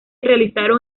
realizaron